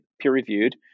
peer-reviewed